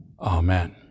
Amen